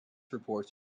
reports